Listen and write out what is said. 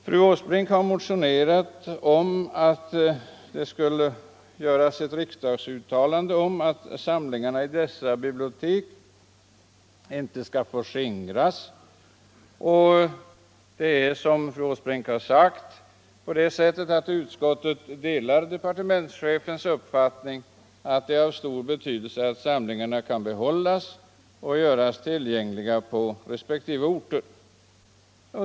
Fru Åsbrink har motionerat om att riksdagen skulle uttala att samlingarna i dessa bibliotek inte skall få skingras. Såsom fru Åsbrink här har sagt delar utskottet departementschefens uppfattning att det är av stor betydelse att samlingarna kan behållas och göras tillgängliga på respektive orter.